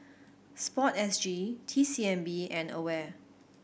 Sport S G T C M B and AWARE